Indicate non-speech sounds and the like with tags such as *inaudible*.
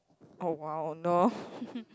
oh !wow! no *laughs*